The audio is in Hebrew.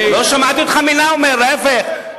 לא שמעתי אותך מלה אומר, להיפך.